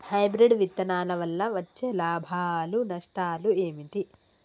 Hybrid విత్తనాల వల్ల వచ్చే లాభాలు నష్టాలు ఏమిటి?